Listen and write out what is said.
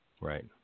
Right